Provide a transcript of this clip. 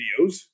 videos